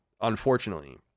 unfortunately